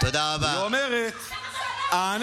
והיא אומרת: אני